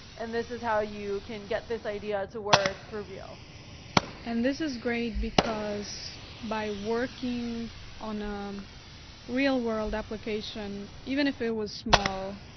and this is how you can get this idea to work for real and this is great, because by working on a um real world application, even if it was small,